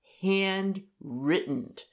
handwritten